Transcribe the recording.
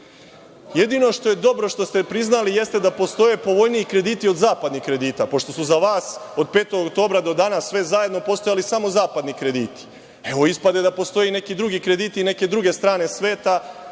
Jedino što je dobro što ste priznali je da postoje povoljniji krediti od zapadnih kredita, pošto su za vas od 5. oktobra do danas sve zajedno postojali samo zapadni krediti. Evo, ispade da postoje i neki drugi krediti i neke druge strane sveta.